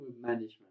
management